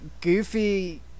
goofy